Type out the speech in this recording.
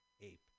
Ape